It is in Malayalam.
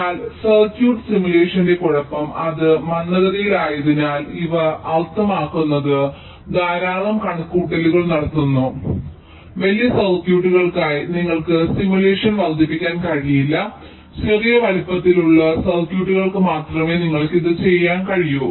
എന്നാൽ സർക്യൂട്ട് സിമുലേഷന്റെ കുഴപ്പം അത് മന്ദഗതിയിലായതിനാൽ ഇത് അർത്ഥമാക്കുന്നത് ധാരാളം കണക്കുകൂട്ടലുകൾ നടത്തുന്നു വലിയ സർക്യൂട്ടുകൾക്കായി നിങ്ങൾക്ക് സിമുലേഷൻ വർദ്ധിപ്പിക്കാൻ കഴിയില്ല ചെറിയ വലുപ്പത്തിലുള്ള സർക്യൂട്ടുകൾക്ക് മാത്രമേ നിങ്ങൾക്ക് ഇത് ചെയ്യാൻ കഴിയൂ